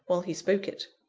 while he spoke it.